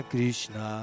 Krishna